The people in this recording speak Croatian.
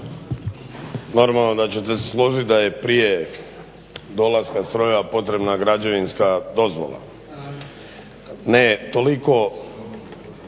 Normalno da ćete se složiti da je prije dolaska strojeva potrebna građevinska dozvola. Ne toliko,